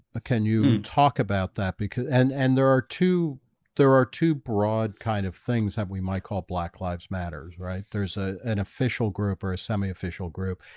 can you talk about that because and and there are two there are two broad kind of things that we might call black lives matters, right? there's a an official group or a semi-official group.